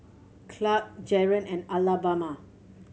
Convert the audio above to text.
Clarke Jaren and Alabama